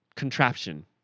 contraption